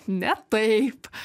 ne taip